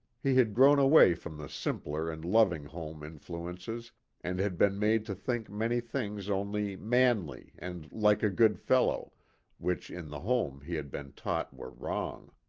he had grown away from the simpler and loving home influ ences and had been made to think many things only manly and like a good fellow which in the home he had been taught were wrong.